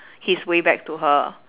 his way back to her